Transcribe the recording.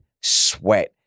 sweat